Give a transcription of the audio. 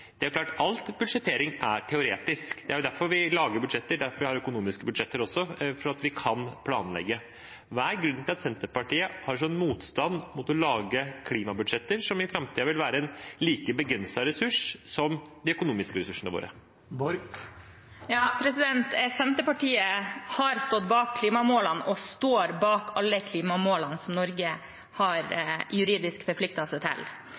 Det er klart at all budsjettering er teoretisk. Det er derfor vi lager budsjetter, det er derfor vi har økonomiske budsjetter også, slik at vi kan planlegge. Hva er grunnen til at Senterpartiet har sånn motstand mot å lage klimabudsjetter som i framtiden vil være en like begrenset ressurs som de økonomiske ressursene våre? Senterpartiet har stått bak klimamålene og står bak alle klimamålene som Norge juridisk har forpliktet seg til.